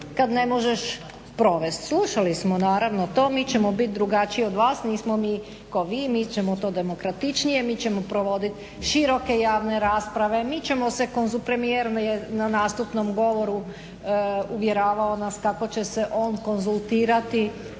kad ne možeš provest!" Slušali smo naravno to "Mi ćemo bit drugačiji vas, nismo mi ko vi, mi ćemo to demokratičnije, mi ćemo provoditi široke javne rasprave, mi ćemo se premijer je na nastupnom govoru uvjeravao nas kako će se on konzultirati